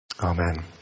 amen